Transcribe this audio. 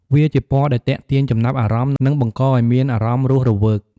វាជាពណ៌ដែលទាក់ទាញចំណាប់អារម្មណ៍ និងបង្ករឱ្យមានអារម្មណ៍រស់រវើក។